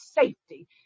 safety